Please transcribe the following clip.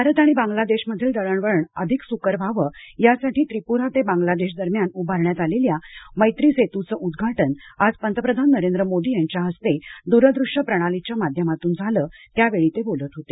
भारत आणि बांगलादेशमधील दळणवळण अधिक सुकर व्हावं यासाठी त्रिपुरा ते बांगलादेश दरम्यान उभारण्यात आलेल्या मैत्री सेतूचं उद्वाटन आज पंतप्रधान नरेंद्र मोदी यांच्या हस्ते दूरदृश्य प्रणालीच्या माध्यमातून झालं त्यावेळी ते बोलत होते